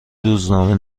روزنامه